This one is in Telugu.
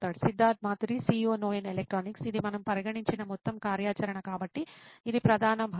సిద్ధార్థ్ మాతురి CEO నోయిన్ ఎలక్ట్రానిక్స్ ఇది మనము పరిగణించిన మొత్తం కార్యాచరణ కాబట్టి ఇది ప్రధాన భాగం